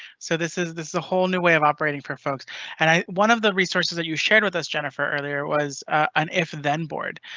so this is this is a whole new way of operating for folks and one of the resources that you shared with us jennifer earlier was an if then board.